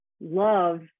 love